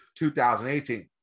2018